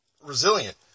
resilient